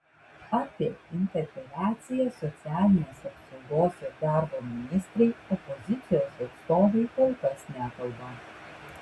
apie interpeliaciją socialinės apsaugos ir darbo ministrei opozicijos atstovai kol kas nekalba